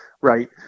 right